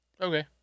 Okay